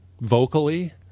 vocally